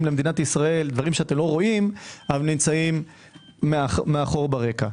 למדינת ישראל דברים שאתם לא רואים ונמצאים מאחור ברקע.